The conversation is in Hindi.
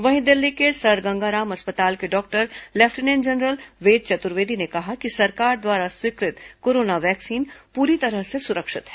वहीं दिल्ली के सर गंगाराम अस्पताल के doctor lieutenant general Ved Chaturvedi ने कहा कि सरकार द्वारा स्वीकृत कोरोना वैक्सीन पूरी तरह से सुरक्षित है